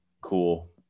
Cool